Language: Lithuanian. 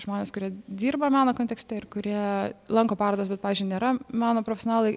žmonės kurie dirba meno kontekste ir kurie lanko parodas bet pavyzdžiui nėra meno profesionalai